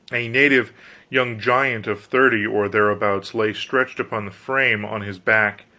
a native young giant of thirty or thereabouts lay stretched upon the frame on his back,